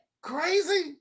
crazy